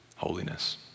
holiness